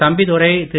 Thambidurai Thiru